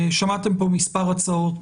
שמעתם פה מספר הצעות,